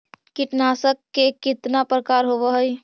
कीटनाशक के कितना प्रकार होव हइ?